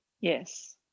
Yes